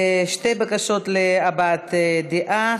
שתי בקשות להבעת דעה.